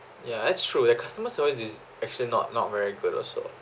ya it's true the customer service is actually not not very good also